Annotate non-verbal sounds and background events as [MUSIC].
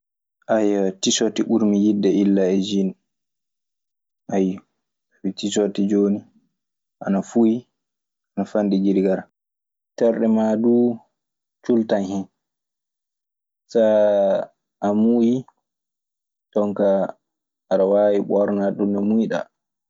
[HESITATION] tisorti ɓurmi yiɗde illa e siin, ayyo. Sabi tisorti jooni ana fuuyi, ana fanɗi girigara. Terɗe maa duu cuultan hen. So a muuyi, jon kaa, aɗe waawi ɓornaade ɗun no muuyɗaa.